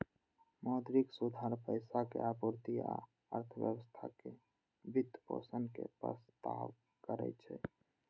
मौद्रिक सुधार पैसा के आपूर्ति आ अर्थव्यवस्था के वित्तपोषण के प्रस्ताव करै छै